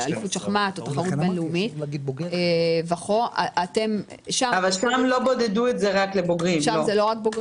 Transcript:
אליפות שחמט או תחרות בין-לאומית וכו'- -- שם זה לא רק בוגרים.